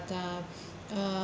the uh